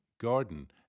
garden